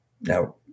Now-